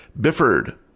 Bifford